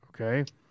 okay